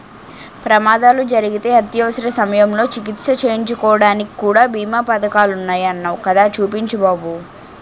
ప్రమాదాలు జరిగితే అత్యవసర సమయంలో చికిత్స చేయించుకోడానికి కూడా బీమా పదకాలున్నాయ్ అన్నావ్ కదా చూపించు బాబు